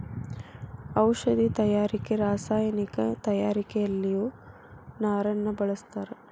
ಔಷದಿ ತಯಾರಿಕೆ ರಸಾಯನಿಕ ತಯಾರಿಕೆಯಲ್ಲಿಯು ನಾರನ್ನ ಬಳಸ್ತಾರ